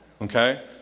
Okay